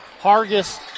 Hargis